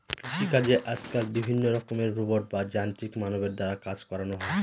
কৃষিকাজে আজকাল বিভিন্ন রকমের রোবট বা যান্ত্রিক মানবের দ্বারা কাজ করানো হয়